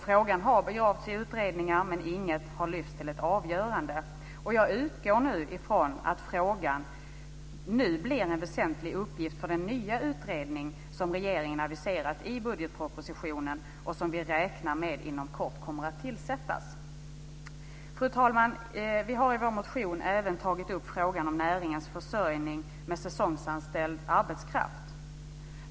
Frågan har begravts i utredningar, men inget har lyfts till ett avgörande. Jag utgår från att frågan nu blir en väsentlig uppgift för den nya utredning som regeringen aviserat i budgetpropositionen och som vi räknar med inom kort kommer att tillsättas. Fru talman! Vi har i vår motion även tagit upp frågan om näringens försörjning med säsongsanställd arbetskraft.